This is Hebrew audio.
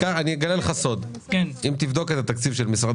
אגלה לך סוד: אם תבדוק את התקציב של משרד